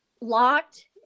locked